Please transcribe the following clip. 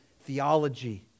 theology